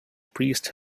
priests